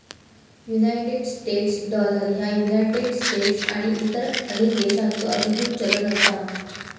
United States dollar ह्या United States आणि इतर अनेक देशांचो अधिकृत चलन असा